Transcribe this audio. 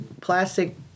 plastic